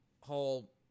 whole